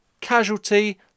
Casualty